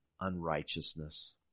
unrighteousness